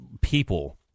people